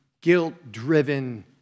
guilt-driven